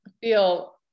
feel